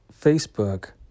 Facebook